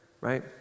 right